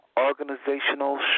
organizational